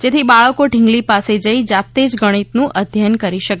જેથી બાળકો ઢીંગલી પાસે જઇ જાતે જ ગણિતનું અધ્યયન કરી શકે